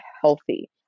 healthy